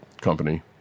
company